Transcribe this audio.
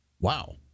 Wow